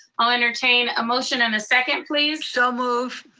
i'll entertain a motion and a second, please. so moved.